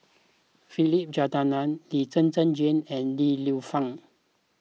Philip Jeyaretnam Lee Zhen Zhen Jane and Li Lienfung